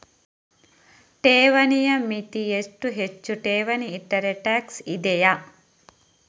ಠೇವಣಿಯ ಮಿತಿ ಎಷ್ಟು, ಹೆಚ್ಚು ಠೇವಣಿ ಇಟ್ಟರೆ ಟ್ಯಾಕ್ಸ್ ಇದೆಯಾ?